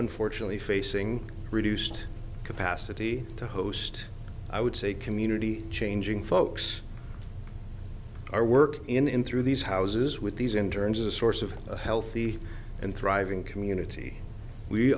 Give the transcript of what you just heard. unfortunately facing reduced capacity to host i would say community changing folks or work in through these houses with these interns a source of a healthy and thriving community we